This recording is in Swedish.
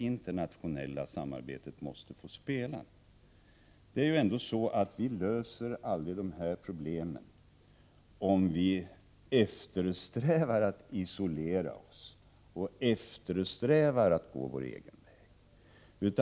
Det är ändå så, att vi löser aldrig dessa problem om vi eftersträvar att isolera oss och eftersträvar att gå vår egen väg.